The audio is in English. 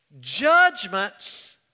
Judgments